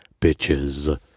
bitches